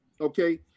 Okay